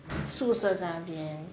宿舍在那边